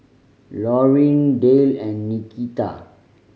Laurine Dale and Nikita